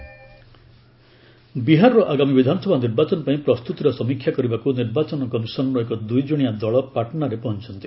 Bihar election ବିହାରର ଆଗାମୀ ବିଧାନସଭା ନିର୍ବାଚନ ପାଇଁ ପ୍ରସ୍ତୁତିର ସମୀକ୍ଷା କରିବାକୁ ନିର୍ବାଚନ କମିସନ ର ଏକ ଦୁଇଜଣିଆ ଦଳ ପାଟ୍ନାରେ ଯାଇ ପହଞ୍ଚୁଛନ୍ତି